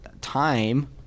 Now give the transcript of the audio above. time